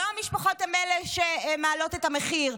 לא המשפחות הן אלה שמעלות את המחיר,